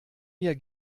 mir